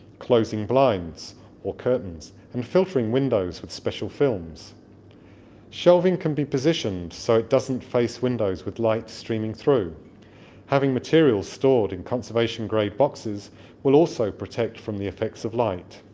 closing blinds or curtains and filtering windows with special films shelving can be positioned so it doesn't face windows with light streaming through having materials stored in conservation grade boxes will also protect from the effects of light